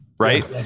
Right